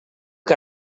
que